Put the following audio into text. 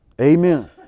Amen